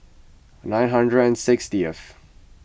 nine hundred and sixtieth